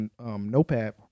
notepad